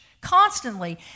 constantly